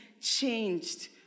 changed